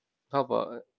how about